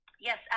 Yes